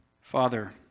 Father